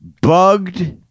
bugged